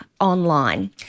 online